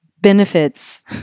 benefits